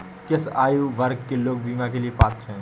किस आयु वर्ग के लोग बीमा के लिए पात्र हैं?